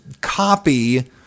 copy